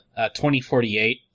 2048